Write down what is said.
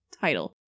title